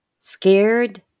Scared